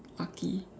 lucky